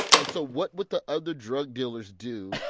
and so what would the other drug dealers do.